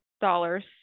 dollars